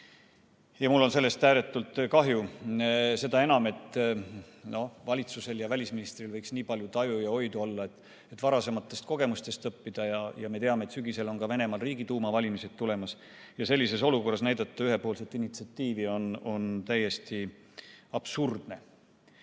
Ja mul on sellest ääretult kahju. Seda enam, et valitsusel ja välisministril võiks nii palju taju ja oidu olla, et varasematest kogemustest õppida. Me teame, et sügisel on Venemaal Riigiduuma valimised tulemas ja sellises olukorras ühepoolset initsiatiivi näidata on täiesti absurdne. Aga